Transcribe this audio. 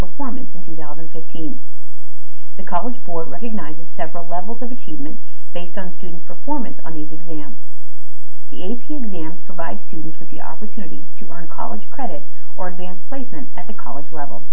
performance in two thousand and fifteen the college board recognizes several levels of achievement based on students performance on these exams the a p exams provide students with the opportunity to earn college credits or advanced placement at the college level